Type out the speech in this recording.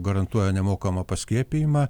garantuoja nemokamą paskiepijimą